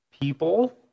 people